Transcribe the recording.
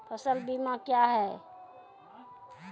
फसल बीमा क्या हैं?